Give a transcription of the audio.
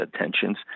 tensions